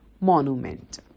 monument